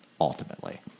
ultimately